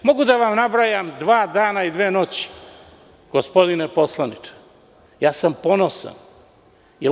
Mogu da vam nabrajam dva dana i dve noći, gospodine poslaniče, ponosan sam.